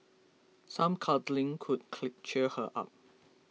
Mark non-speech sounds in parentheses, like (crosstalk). some cuddling could (unintelligible) cheer her up